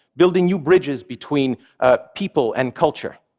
building new bridges between people and culture.